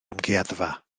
amgueddfa